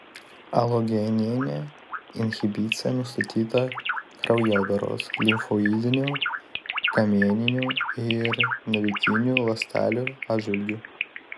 alogeninė inhibicija nustatyta kraujodaros limfoidinių kamieninių ir navikinių ląstelių atžvilgiu